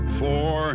four